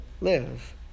live